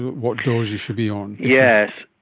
what dose you should be on. yes,